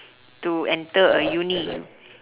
to enter a uni